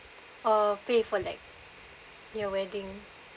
or pay for like your wedding